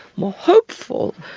more hopeful,